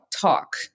talk